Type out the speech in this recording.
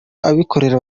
abikorera